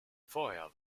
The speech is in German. vorher